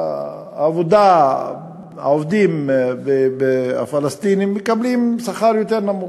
העבודה והעובדים הפלסטינים מקבלים שכר יותר נמוך.